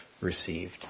received